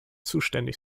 zuständig